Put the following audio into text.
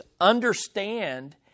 understand